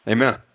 Amen